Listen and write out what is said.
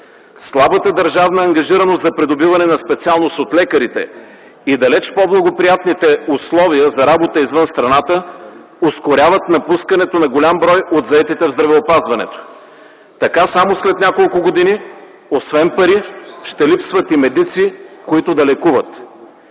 Слабата държавна ангажираност за придобиване на специалност от лекарите и далеч по-благоприятните условия за работа извън страната ускоряват напускането на голям брой от заетите в здравеопазването. Така само след няколко години, освен пари, ще липсват и медици, които да лекуват.